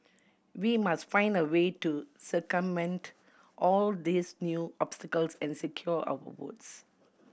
we must find a way to circumvent all these new obstacles and secure our votes